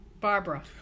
Barbara